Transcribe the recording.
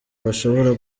bashobora